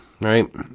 right